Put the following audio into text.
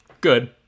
good